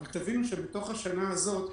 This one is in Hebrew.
אבל תבינו שבתוך השנה הזאת,